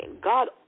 God